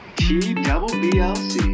t-double-b-l-c